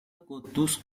قدوس